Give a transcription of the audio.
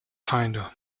feinde